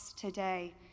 today